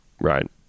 right